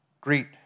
Greet